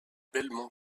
belmont